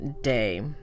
day